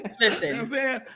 Listen